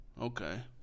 okay